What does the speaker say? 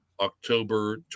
October